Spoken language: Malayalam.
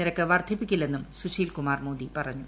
നിരക്ക് വർദ്ധിപ്പിക്കില്ലെന്നും സ്കൂൾട്ടീൽകുമാർ മോദി പറഞ്ഞു